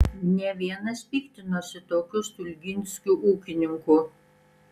ne vienas piktinosi tokiu stulginskiu ūkininku